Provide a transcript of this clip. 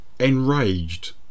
enraged